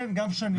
כן, גם שנים.